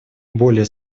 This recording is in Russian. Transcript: более